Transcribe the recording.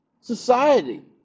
society